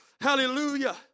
Hallelujah